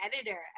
editor